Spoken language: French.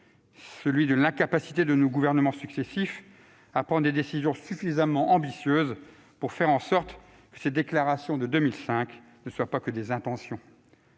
Celui de l'incapacité des gouvernements successifs à prendre des décisions suffisamment ambitieuses pour faire en sorte que ces déclarations de 2005 ne soient pas que des intentions